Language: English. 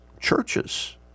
churches